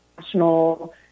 national